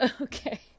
Okay